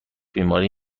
بیماری